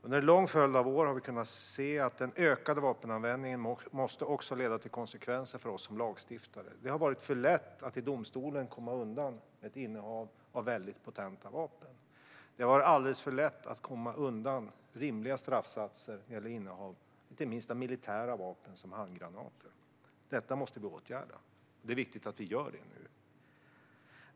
Under en lång följd av år har vi kunnat se att den ökade vapenanvändningen också måste leda till konsekvenser för oss som lagstiftare. Det har varit för lätt att i domstolen komma undan med innehav av väldigt potenta vapen. Det har varit alldeles för lätt att komma undan rimliga straffsatser vid innehav av inte minst militära vapen som handgranater. Detta måste vi åtgärda, och det är viktigt att vi gör det nu.